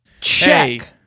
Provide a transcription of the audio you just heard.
check